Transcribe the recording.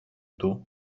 του